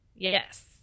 Yes